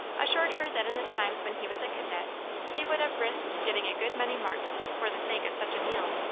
assured her that in the times when he was a cadet he would have risked getting a good many marks for the sake of such a meal.